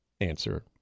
answer